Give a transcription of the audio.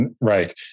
Right